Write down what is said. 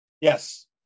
Yes